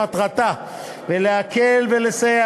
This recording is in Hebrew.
שמטרתה להקל ולסייע,